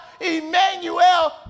Emmanuel